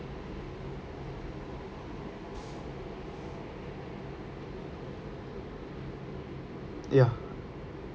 ya